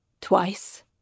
twice